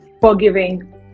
forgiving